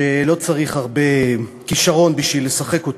שלא צריך הרבה כישרון בשביל לשחק אותו.